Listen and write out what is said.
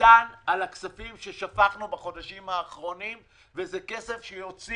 קטן על הכספים ששפכנו בחודשים האחרונים וזה כסף שיוציא